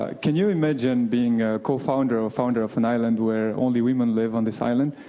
ah can you imagine being a cofounder or founder of an island where only women live on this island?